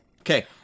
okay